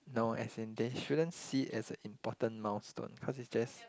no as in they shouldn't see it as a important milestone cause is just